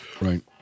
Right